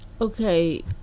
Okay